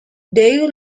they